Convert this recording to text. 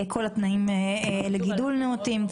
בתנאי גידול נאותים,